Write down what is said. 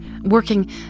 working